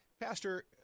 Pastor